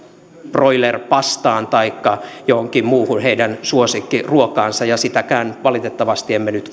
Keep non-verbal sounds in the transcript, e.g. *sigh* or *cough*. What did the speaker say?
broileripastaan taikka johonkin muuhun heidän suosikkiruokaansa ja sitäkään valitettavasti emme nyt *unintelligible*